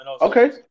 Okay